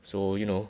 so you know